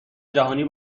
جهانی